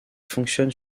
fonctionne